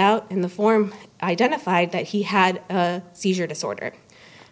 out in the form identified that he had a seizure disorder